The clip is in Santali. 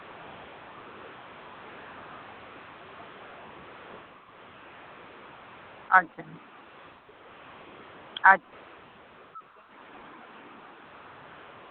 ᱟᱪᱪᱷᱟ ᱟᱪᱪᱷᱟ